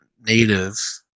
native